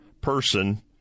person